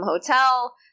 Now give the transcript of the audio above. hotel